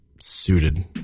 suited